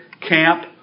camp